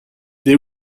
they